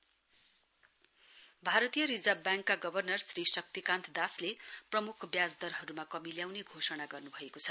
are B I भारतीय reserve ब्याङ्कका governor Shri Shaktikanta दासले प्रमुख ब्याजदरहरुमा कमी ल्याउने घोषणा गर्नुभएको छ